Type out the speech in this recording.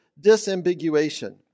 disambiguation